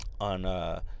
on